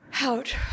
Out